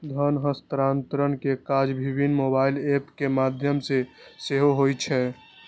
धन हस्तांतरण के काज विभिन्न मोबाइल एप के माध्यम सं सेहो होइ छै